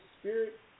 spirit